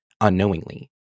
unknowingly